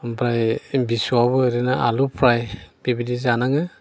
ओमफ्राय फिसौआबो ओरैनो आलु फ्राय बेबादि जानाङो